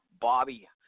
Bobby